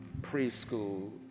preschool